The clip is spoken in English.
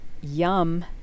Yum